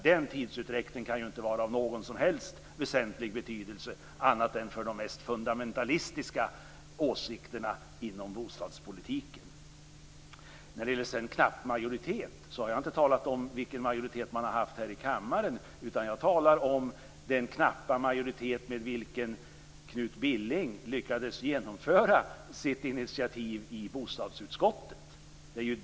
Den tidsutsträckningen kan ju inte ha någon som helst betydelse annat än för dem med de mest fundamentalistiska åsikterna inom bostadspolitiken. När det gäller knapp majoritet har jag inte talat om vilken majoritet man har haft här i kammaren. Jag talar om den knappa majoritet med vilken Knut Billing lyckades genomföra sitt initiativ i bostadsutskottet.